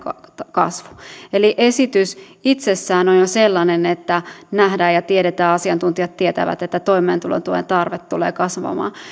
kasvu eli esitys itsessään on jo sellainen että nähdään ja tiedetään asiantuntijat tietävät että toimeentulotuen tarve tulee kasvamaan